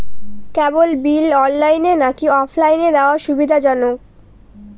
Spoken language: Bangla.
কেবল বিল অনলাইনে নাকি অফলাইনে দেওয়া সুবিধাজনক?